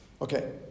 Okay